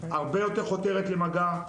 הרבה יותר חותרת למגע,